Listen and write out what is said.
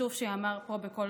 וחשוב שייאמר פה בקול